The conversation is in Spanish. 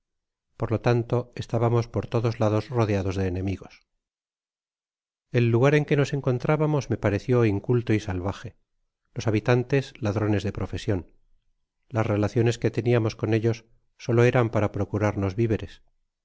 por lo tanto estábamos por todos lados rodeados de enemigos el lugar en que nos encontrábamos me parecio inculto y salvaje los habitantes ladrones de profesion las relaciones que teniamos con ellos solo eran para procurarnos viveres